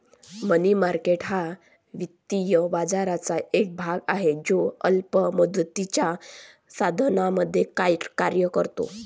मनी market हा वित्तीय बाजाराचा एक भाग आहे जो अल्प मुदतीच्या साधनांमध्ये कार्य करतो